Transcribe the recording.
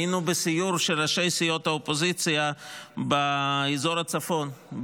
היינו בסיור של ראשי סיעות האופוזיציה באזור הצפון,